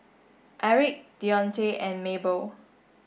Erick Dionte and Mabel